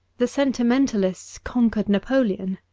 the senti mentalists conquered napoleon.